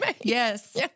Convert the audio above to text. yes